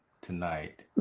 tonight